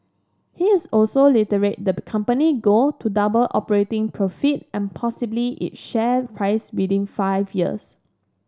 he has also reiterated the company goal to double operating profit and possibly its share price within five years